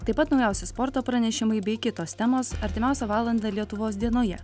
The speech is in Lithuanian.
taip pat naujausi sporto pranešimai bei kitos temos artimiausią valandą lietuvos dienoje